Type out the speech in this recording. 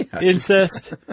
Incest